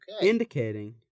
Indicating